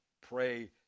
pray